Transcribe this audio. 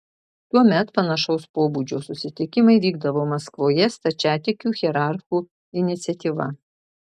tuomet panašaus pobūdžio susitikimai vykdavo maskvoje stačiatikių hierarchų iniciatyva